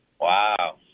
Wow